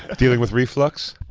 ah dealing with reflux?